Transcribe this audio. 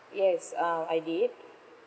yes um I did